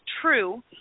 true